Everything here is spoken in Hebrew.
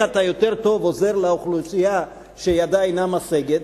אתה עוזר יותר טוב לאוכלוסייה שידה אינה משגת,